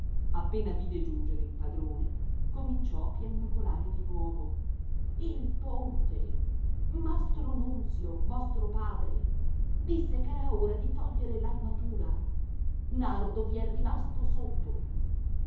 appena vide giungere il padrone cominciò a piagnucolare di nuovo il ponte mastro nunzio vostro padre disse ch'era ora di togliere l'armatura nardo vi è rimasto sotto